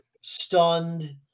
stunned